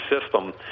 system